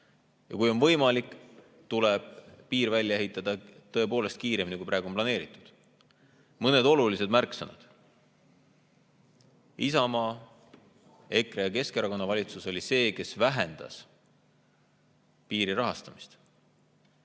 Ja kui on võimalik, tuleb piir välja ehitada tõepoolest kiiremini, kui praegu on planeeritud. Mõned olulised märksõnad. Isamaa, EKRE ja Keskerakonna valitsus oli see, kes vähendas piiri rahastamist.